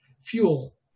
fuel